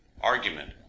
Argument